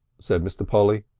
said mr. polly.